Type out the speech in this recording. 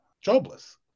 jobless